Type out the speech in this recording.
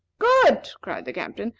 good! cried the captain.